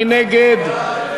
מי נגד?